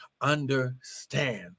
understand